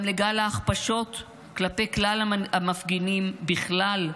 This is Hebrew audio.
גם לגל ההכפשות כלפי כלל המפגינים בכלל,